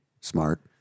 Smart